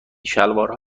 شلوارها